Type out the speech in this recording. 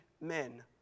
men